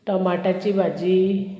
टमाटाची भाजी